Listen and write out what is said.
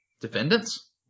Defendants